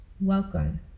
Welcome